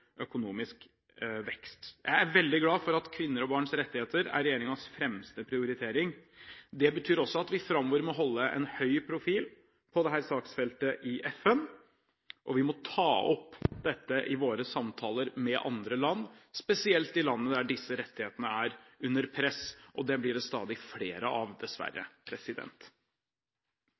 økonomisk vekst. Jeg er veldig glad for at kvinners og barns rettigheter er regjeringens fremste prioritering. Det betyr også at vi framover må holde en høy profil på dette saksfeltet i FN, og vi må ta opp dette i våre samtaler med andre land, spesielt i land der disse rettighetene er under press – og dem blir det stadig flere av, dessverre.